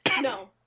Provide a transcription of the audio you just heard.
No